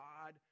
God